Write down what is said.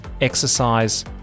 exercise